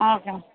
ah okay ma'am